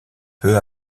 peu